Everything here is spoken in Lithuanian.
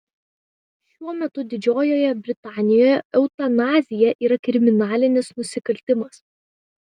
šiuo metu didžiojoje britanijoje eutanazija yra kriminalinis nusikaltimas